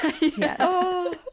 yes